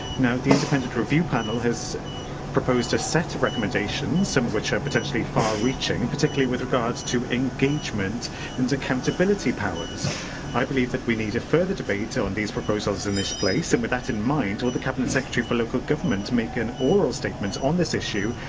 now, the independent review panel has proposed a set of recommendations, some of which are potentially far reaching, particularly with regard to powers, engagement and accountability. i i believe that we need a further debate so on these proposals in this place. and with that in mind, would the cabinet secretary for local government make an oral statement on this issue,